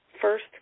First